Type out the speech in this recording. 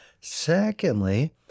Secondly